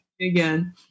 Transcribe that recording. again